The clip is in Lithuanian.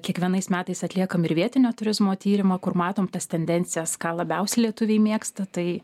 kiekvienais metais atliekam ir vietinio turizmo tyrimą kur matom tas tendencijas ką labiausiai lietuviai mėgsta tai